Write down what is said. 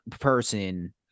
person